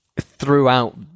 throughout